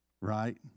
right